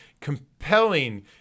compelling